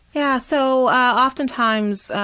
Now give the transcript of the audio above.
yeah, so oftentimes,